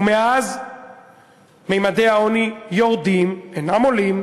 ומאז ממדי העוני יורדים, אינם עולים,